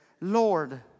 Lord